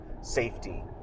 safety